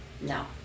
No